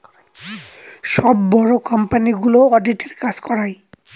সব বড়ো কোম্পানিগুলো অডিটের কাজ করায়